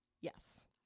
Yes